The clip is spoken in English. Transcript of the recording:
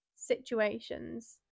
situations